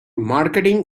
marketing